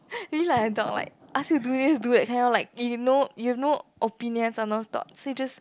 really like a dog like ask you do this do that kind like you no you no opinions or no thoughts so you just